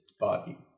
body